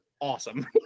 awesome